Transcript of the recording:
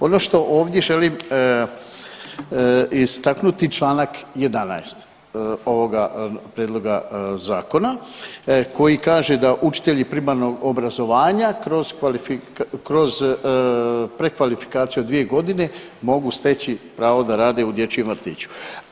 Ono što ovdje želim istaknuti Članak 11. ovoga prijedloga zakona koji kaže da učitelji primarnog obrazovanja kroz prekvalifikaciju od 2 godine mogu steći pravo da rade u dječjem vrtiću.